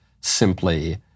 simply